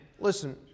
listen